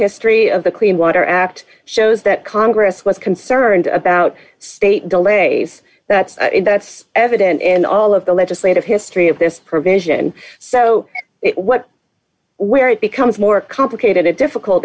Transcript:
history of the clean water act shows that congress was concerned about state delays that's that's evident in all of the legislative history of this provision so what where it becomes more complicated and difficult